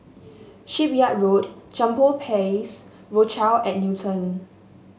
Shipyard Road Jambol Place Rochelle at Newton